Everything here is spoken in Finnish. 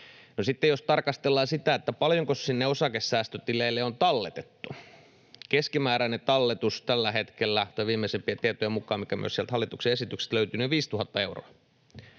sitten jos tarkastellaan sitä, paljonko sinne osakesäästötileille on talletettu, niin keskimääräinen talletus viimeisimpien tietojen mukaan, mitkä myös sieltä hallituksen esityksestä löytyvät, on 5 000 euroa.